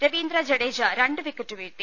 രവീന്ദ്ര ജഡേജ രണ്ട് വിക്കറ്റ് വീഴ്ത്തി